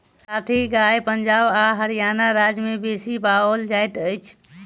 राठी गाय पंजाब आ हरयाणा राज्य में बेसी पाओल जाइत अछि